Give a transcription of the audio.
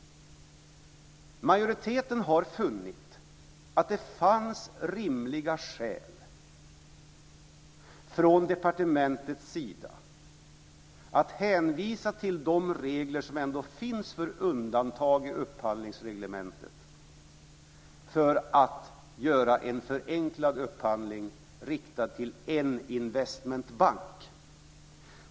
Majoriteten har funnit att det fanns rimliga skäl från departementets sida att hänvisa till de regler som ändå finns för undantag i upphandlingsreglementet för att göra en förenklad upphandling riktad till en investmentbank.